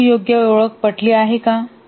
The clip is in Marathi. त्यांची योग्य ओळख पटली आहे का